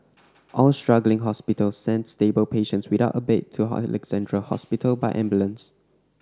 all struggling hospitals sent stable patients without a bed to Alexandra Hospital by ambulance